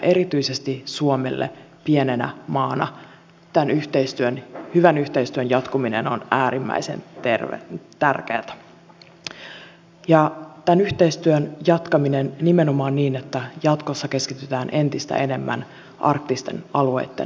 erityisesti suomelle pienenä maana tämän hyvän yhteistyön jatkuminen on äärimmäisen tärkeätä ja tämän yhteistyön jatkaminen nimenomaan niin että jatkossa keskitytään entistä enemmän arktisten alueitten ympäristönsuojeluun